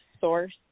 source